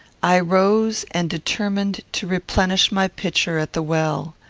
i rose, and determined to replenish my pitcher at the well.